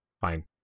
Fine